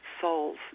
souls